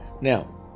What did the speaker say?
Now